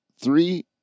three